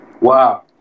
Wow